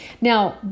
Now